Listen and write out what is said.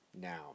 now